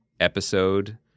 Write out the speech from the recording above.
episode